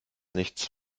nichts